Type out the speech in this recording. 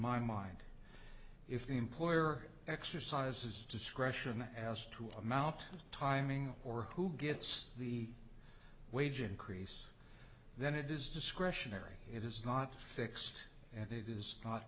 my mind if the employer exercises discretion as to i'm out timing or who gets the wage increase then it is discretionary it is not fixed and it is not